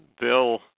Bill